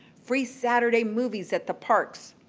free saturday movies at the parks,